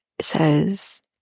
says